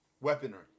weaponry